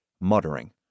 muttering